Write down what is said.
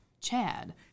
Chad